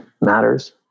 matters